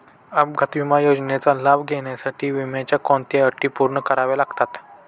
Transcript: अपघात विमा योजनेचा लाभ घेण्यासाठी विम्याच्या कोणत्या अटी पूर्ण कराव्या लागतात?